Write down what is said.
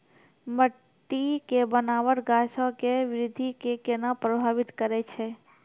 मट्टी के बनावट गाछो के वृद्धि के केना प्रभावित करै छै?